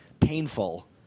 painful